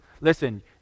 Listen